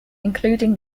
including